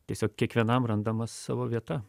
tiesiog kiekvienam randama savo vieta